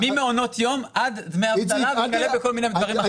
ממעונות יום עד דמי אבטלה וכלה בכל מיני דברים אחרים.